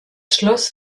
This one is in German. schloss